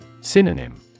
Synonym